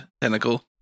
tentacle